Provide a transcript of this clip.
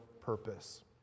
purpose